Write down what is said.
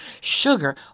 sugar